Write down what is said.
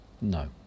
No